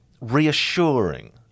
reassuring